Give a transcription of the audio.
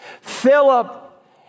Philip